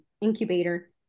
incubator